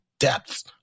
depths